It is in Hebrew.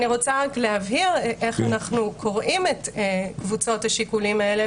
אני רוצה רק להבהיר איך אנחנו קוראים את קבוצות השיקולים האלה